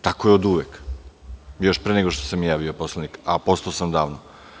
Tako je oduvek, još pre nego što sam ja postao poslanik, a postao sam davno.